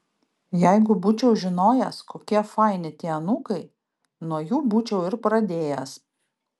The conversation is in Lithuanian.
jeigu būčiau žinojęs kokie faini tie anūkai nuo jų būčiau ir pradėjęs